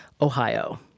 Ohio